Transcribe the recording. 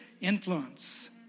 influence